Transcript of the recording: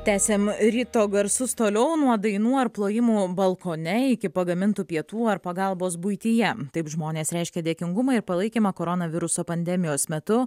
tęsiam ryto garsus toliau nuo dainų ar plojimų balkone iki pagamintų pietų ar pagalbos buityje taip žmonės reiškia dėkingumą ir palaikymą koronaviruso pandemijos metu